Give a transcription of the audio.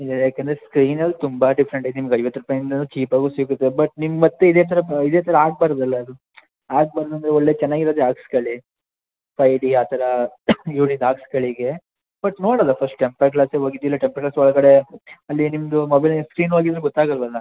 ಇಲ್ಲ ಯಾಕೆಂದ್ರೆ ಸ್ಕ್ರೀನಲ್ಲಿ ತುಂಬ ಡಿಫ್ರೆಂಟ್ ಐತೆ ನಿಮ್ಗೆ ಐವತ್ತು ರೂಪಾಯಿಂದನೂ ಚೀಪಾಗೂ ಸಿಗುತ್ತೆ ಬಟ್ ನಿಮ್ಗ್ ಮತ್ತೆ ಇದೇ ಥರ ಇದೇ ಥರ ಆಗ್ಬಾರ್ದಲ್ವ ಅದು ಆಗ್ಬಾರ್ದು ಅಂದರೆ ಒಳ್ಳೆಯ ಚೆನ್ನಾಗಿರೋದೇ ಹಾಕ್ಸ್ಕೊಳಿ ಫೈ ಜಿ ಆ ಥರ ಇವ್ರದ್ದು ಹಾಕ್ಸ್ಕೊಳಿ ಹೀಗೆ ಬಟ್ ನೋಡಲು ಫಸ್ಟ್ ಟೆಂಪರ್ ಗ್ಲಾಸ್ ಹೋಗಿದೆಯ ಇಲ್ಲ ಟೆಂಪರ್ ಗ್ಲಾಸ್ ಒಳಗಡೆ ಅಲ್ಲಿ ನಿಮ್ಮದು ಮೊಬೈಲಿನ ಸ್ಕ್ರೀನ್ ಹೋಗಿದ್ದರೆ ಗೊತ್ತಾಗೋಲ್ವಲ್ಲ